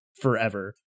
forever